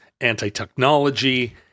anti-technology